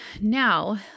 Now